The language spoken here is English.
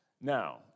Now